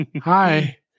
Hi